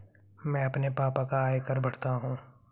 मैं अपने पापा का आयकर भरता हूं